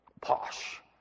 posh